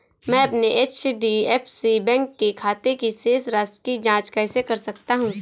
मैं अपने HDFC bank के खाते की शेष राशि की जाँच कैसे कर सकता हूँ?